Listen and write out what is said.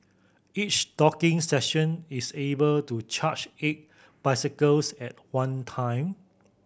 each docking station is able to charge eight bicycles at one time